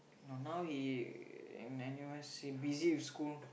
no now he in N_U_S he busy with school